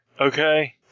Okay